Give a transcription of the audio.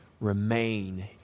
remain